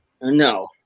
no